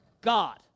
God